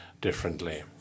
differently